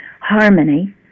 harmony